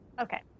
okay